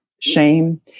shame